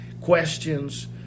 questions